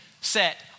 set